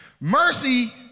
Mercy